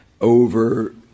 over